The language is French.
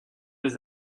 les